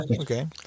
Okay